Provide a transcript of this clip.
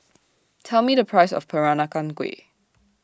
Tell Me The Price of Peranakan Kueh